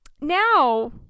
now